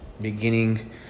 beginning